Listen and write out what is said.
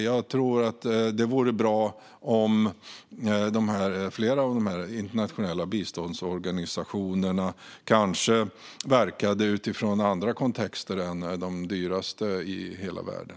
Jag tror att det vore bra om flera av dessa internationella biståndsorganisationer verkade utifrån andra kontexter än de dyraste i hela världen.